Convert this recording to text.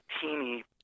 teeny